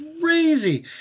crazy